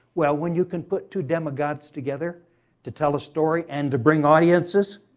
well when you can put two demigods together to tell a story and to bring audiences.